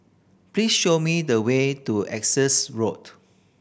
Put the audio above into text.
please show me the way to Essex Road